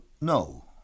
no